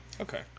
Okay